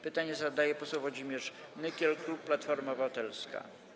Pytanie zadaje poseł Włodzimierz Nykiel, klub Platforma Obywatelska.